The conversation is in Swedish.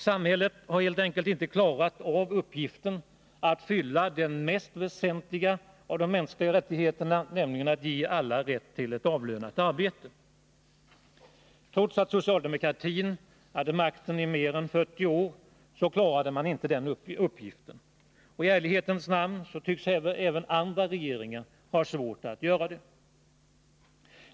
Samhället har helt enkelt inte klarat av uppgiften att uppfylla den mest väsentliga av de mänskliga rättigheterna, nämligen att ge alla rätt till ett avlönat arbete. Trots att socialdemokraterna hade makten i över 40 år så klarade de inte den uppgiften. Och i ärlighetens namn måste jag säga att även andra regeringar tycks ha svårt att göra det.